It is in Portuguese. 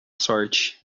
sorte